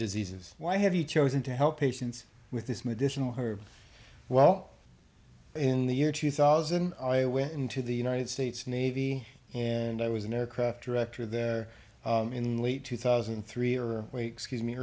diseases why have you chosen to help patients with this medicinal herb well in the year two thousand i went into the united states navy and i was an aircraft director there in late two thousand and three or way excuse me